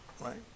right